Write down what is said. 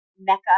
mecca